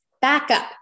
backup